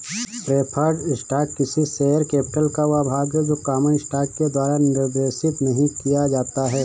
preferred stock किसी share capital का वह भाग है जो कॉमन स्टॉक के द्वारा निर्देशित नहीं किया जाता है